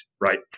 right